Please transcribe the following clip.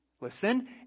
listen